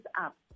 up